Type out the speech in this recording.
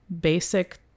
basic